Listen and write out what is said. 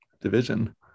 division